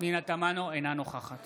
אינה נוכחת